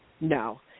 No